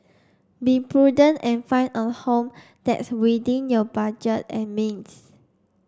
be prudent and find a home that's within your budget and means